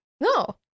No